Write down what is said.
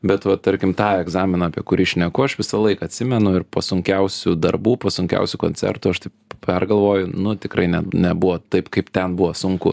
bet va tarkim tą egzaminą apie kurį šneku aš visąlaik atsimenu ir po sunkiausių darbų po sunkiausių koncertų aš taip pergalvoju nu tikrai ne nebuvo taip kaip ten buvo sunku